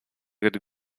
would